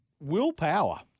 willpower